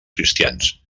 cristians